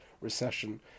recession